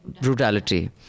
brutality